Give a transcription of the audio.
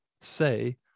say